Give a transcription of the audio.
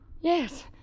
Yes